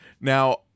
now